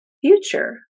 future